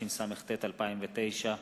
התשס"ט 2009,